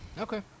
Okay